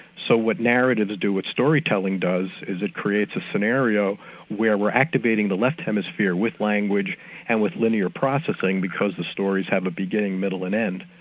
so what narratives do, what storytelling does, is it creates a scenario where we're activating the left hemisphere with language and with linear processing because the stories have a beginning, middle and end.